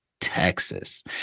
texas